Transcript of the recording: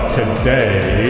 today